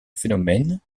phénomènes